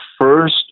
first